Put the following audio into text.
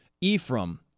Ephraim